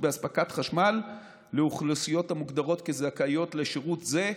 באספקת החשמל לאוכלוסיות המוגדרות כזכאיות לשירות זה,